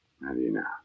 Marina